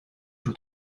joue